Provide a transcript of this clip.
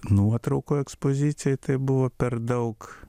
nuotraukų ekspozicijoj tai buvo per daug